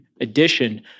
edition